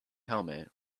helmet